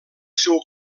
seu